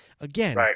again